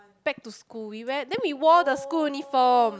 back to school we wear then we wore the school uniform